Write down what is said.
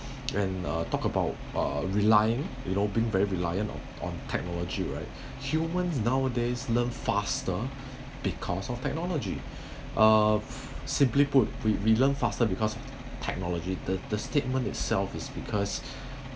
and uh talk about uh relying you know being very reliant on technology right human nowadays learn faster because of technology uh simply put we we learn faster because technology the the statement itself is because